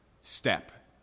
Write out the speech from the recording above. step